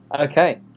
okay